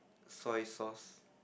soy sauce